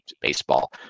baseball